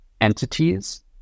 entities